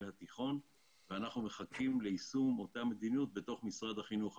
התיכון ואנחנו מחכים ליישום אותה מדיניות במשרד החינוך.